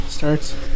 Starts